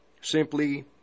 simply